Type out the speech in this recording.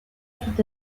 tout